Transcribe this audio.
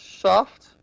soft